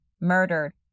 Murdered